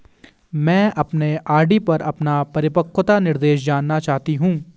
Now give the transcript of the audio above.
मैं अपने आर.डी पर अपना परिपक्वता निर्देश जानना चाहती हूँ